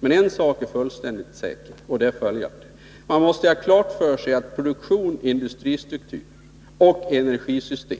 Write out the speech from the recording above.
Men en sak är fullständigt säker, och det är följande: Man måste ha klart för sig att produktion, industristruktur, och energisystem